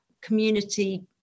community